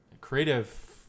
creative